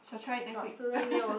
shall try it next week